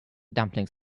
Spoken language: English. dumplings